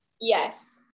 Yes